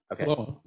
Okay